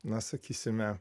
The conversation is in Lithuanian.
na sakysime